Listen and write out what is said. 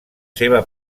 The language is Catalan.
seva